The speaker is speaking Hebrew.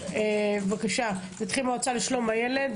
בבקשה, המועצה לשלום הילד.